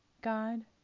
God